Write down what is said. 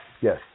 Yes